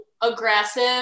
aggressive